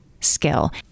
skill